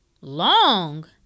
long